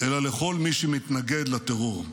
אלא לכל מי שמתנגד לטרור.